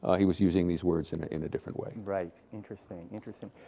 he was using these words in in a different way. right interesting, interesting.